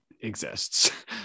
exists